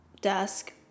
desk